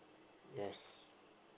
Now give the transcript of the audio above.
yes